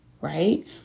right